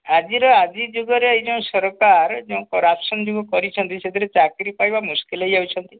ଆଜିର ଆଜି ଯୁଗରେ ଏଇ ଯେଉଁ ସରକାର ଯେଉଁ କରପସନ୍ ଯେଉଁ କରିଛନ୍ତି ସେଥିରେ ଚାକିରୀ ପାଇବା ମୁସ୍କିଲ୍ ହେଇଯାଉଛନ୍ତି